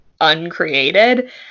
uncreated